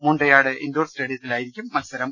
Mundayad indoor സ്റ്റേഡിയത്തിലായിരിക്കും മത്സരം